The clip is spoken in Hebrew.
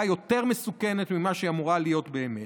יותר מסוכנת ממה שהיא אמורה להיות באמת.